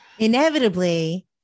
Inevitably